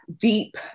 deep